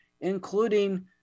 including